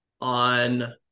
on